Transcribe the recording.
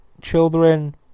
children